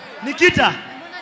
Nikita